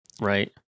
right